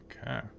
okay